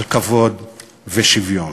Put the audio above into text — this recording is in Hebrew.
על כבוד ושוויון.